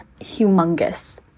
humongous